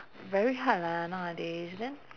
very hard lah nowadays then